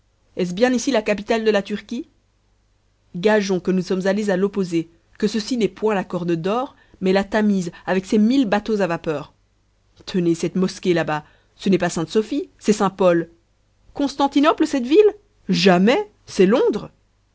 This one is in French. est-ce bien ici la capitale de la turquie gageons que nous sommes allés à l'opposé que ceci n'est point la corne dor mais la tamise avec ses mille bateaux à vapeur tenez cette mosquée là-bas ce n'est pas sainte sophie c'est saint-paul constantinople cette ville jamais c'est londres